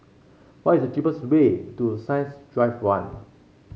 what is the cheapest way to Science Drive One